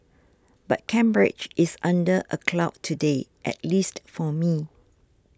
but Cambridge is under a cloud today at least for me